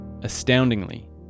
astoundingly